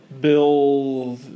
Bill